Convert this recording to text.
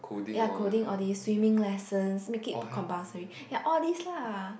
ya coding all this swimming lessons make it compulsory ya all this lah